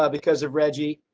ah because of reggie